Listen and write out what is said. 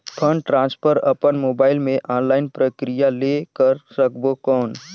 Fund transfer अपन mobile मे online प्रक्रिया ले कर सकबो कौन?